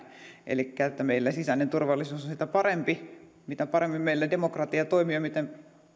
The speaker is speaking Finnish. elikkä meillä sisäinen turvallisuus on sitä parempi mitä paremmin meillä demokratia toimii ja miten